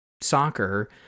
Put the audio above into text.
soccer